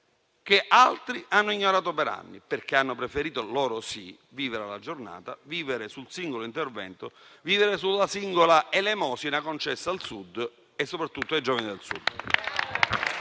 che altri hanno ignorato per anni, perché hanno preferito, loro sì, vivere alla giornata, vivere sul singolo intervento, vivere sulla singola elemosina concessa al Sud e soprattutto ai giovani del Sud.